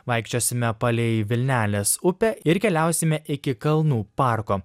vaikščiosime palei vilnelės upę ir keliausime iki kalnų parko